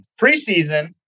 Preseason